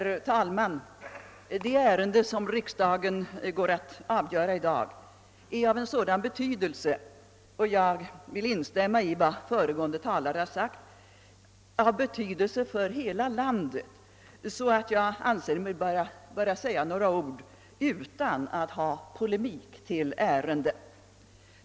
Herr talman! Det ärende som riksdagen går att avgöra i dag är av en sådan betydelse för hela landet — därvidlag vill jag instämma i vad föregående talare har sagt — att jag anser mig böra säga några ord utan att polemik är mitt ärende.